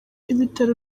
ibitaro